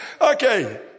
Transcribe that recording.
Okay